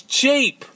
cheap